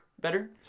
better